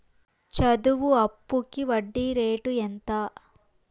చదువు అప్పుకి వడ్డీ రేటు ఎంత?